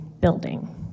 building